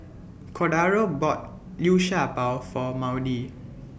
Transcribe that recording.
Cordaro bought Liu Sha Bao For Maudie